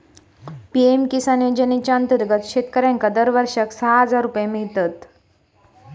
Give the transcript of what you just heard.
PM Kisan योजनेच्या अंतर्गत शेतकऱ्यांका दरवर्षाक सहा हजार रुपये मिळतत